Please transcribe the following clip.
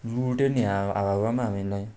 लुट्यो नि हावा हावामा हामीलाई